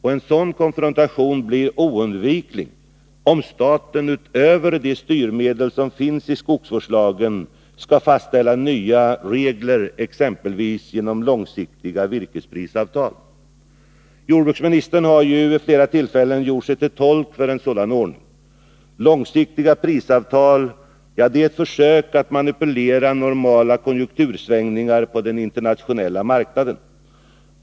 En sådan konfrontation blir oundviklig om staten — utöver de styrmedel som finns i skogsvårdslagen — skall fastställa nya regler exempelvis genom långsiktiga virkesprisavtal. Jordbruksministern har ju vid flera tillfällen gjort sig till tolk för en sådan ordning. Långsiktiga prisavtal är ett försök att manipulera normala konjunktursvängningar på den internationella marknaden.